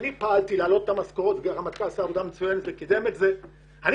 אני פעלתי להעלות את המשכורות והרמטכ"ל עשה עבודה מצוינת וקידם את זה אני